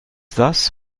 thus